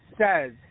says